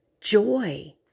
joy